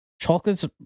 chocolate's